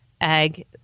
egg